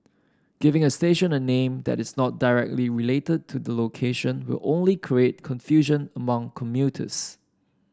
giving a station a name that is not directly related to the location will only create confusion among commuters